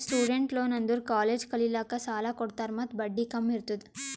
student loan ಅಂದುರ್ college ಕಲಿಲ್ಲಾಕ್ಕ್ ಸಾಲ ಕೊಡ್ತಾರ ಮತ್ತ ಬಡ್ಡಿ ಕಮ್ ಇರ್ತುದ್